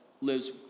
lives